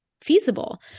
feasible